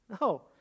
No